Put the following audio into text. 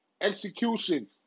execution